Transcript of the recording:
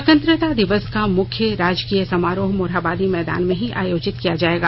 स्वतंत्रता दिवस का मुख्य राजकीय समारोह मोरहाबादी मैदान में ही आयोजित किया जायेगा